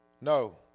No